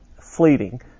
fleeting